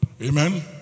Amen